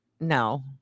No